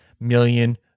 million